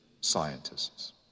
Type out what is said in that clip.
scientists